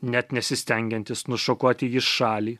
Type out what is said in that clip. net nesistengiantis nušokuoti į šalį